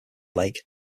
lake